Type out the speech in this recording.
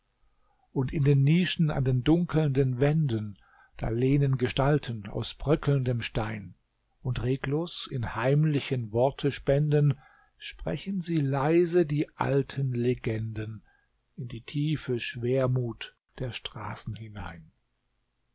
und in den nischen an dunkelnden wänden da lehnen gestalten aus bröckelndem stein und reglos in heimlichen wortespenden sprechen sie leise die alten legenden in die tiefe schwermut der straßen hinein